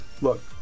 Look